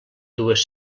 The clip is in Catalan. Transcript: dues